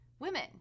women